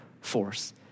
force